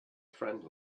friend